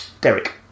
Derek